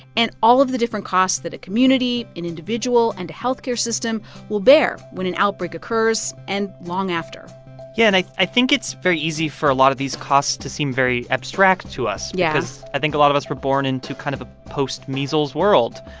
and all of the different costs that a community, an individual and the health care system will bear when an outbreak occurs and long after yeah. and i i think it's very easy for a lot of these costs to seem very abstract to us because i think a lot of us were born into kind of ah post-measles world.